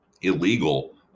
illegal